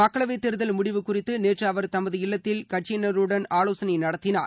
மக்களவை தேர்தல் முடிவு குறித்து நேற்று அவர் தமது இல்லத்தில் கட்சியினருடன் ஆலோசனை நடத்தினார்